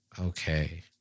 Okay